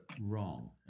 wrong